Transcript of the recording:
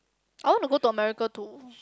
I want to go to America to